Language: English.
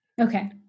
okay